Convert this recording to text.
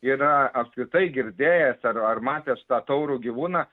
yra apskritai girdėjęs ar ar matęs tą taurų gyvūną